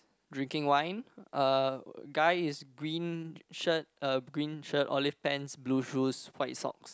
drinking wine uh guy is green shirt uh green shirt olive pants blue shoes white socks